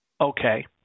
Okay